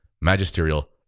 magisterial